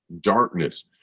darkness